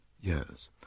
Yes